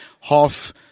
half